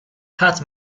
ħadd